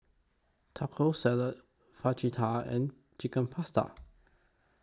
Taco Salad Fajitas and Chicken Pasta